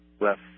left